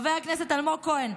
חבר הכנסת אלמוג כהן,